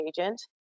agent